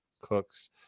Cooks